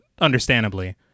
understandably